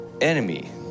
enemy